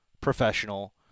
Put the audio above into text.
professional